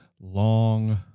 long